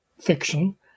fiction